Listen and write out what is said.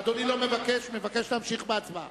אדוני מבקש להמשיך בהצבעה.